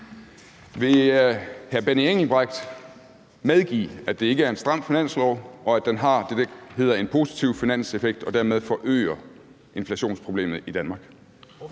Vil hr. Benny Engelbrecht medgive, at det ikke er en stram finanslov, og at den har det, der hedder en positiv finanseffekt, og dermed forøger inflationsproblemet i Danmark?